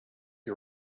you